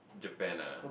Japan ah